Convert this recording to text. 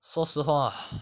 说实话